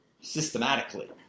systematically